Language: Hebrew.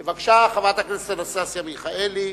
בבקשה, חברת הכנסת אנסטסיה מיכאלי.